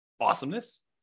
Awesomeness